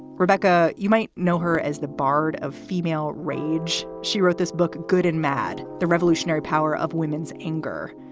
rebecca, you might know her as the bard of female rage. she wrote this book, good and mad the revolutionary power of women's anger.